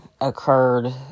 occurred